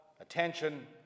attention